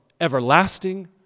everlasting